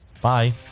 bye